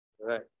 Right